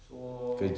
so